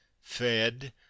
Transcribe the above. fed